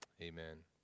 Amen